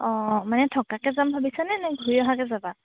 অঁ মানে থকাকৈ যাম ভাবিছানে নে ঘূৰি অহাকৈ যাবা